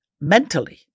mentally